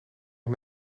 nog